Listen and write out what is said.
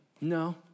no